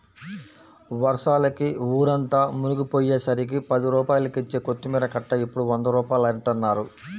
వర్షాలకి ఊరంతా మునిగిపొయ్యేసరికి పది రూపాయలకిచ్చే కొత్తిమీర కట్ట ఇప్పుడు వంద రూపాయలంటన్నారు